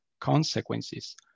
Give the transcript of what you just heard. consequences